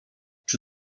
czy